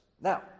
Now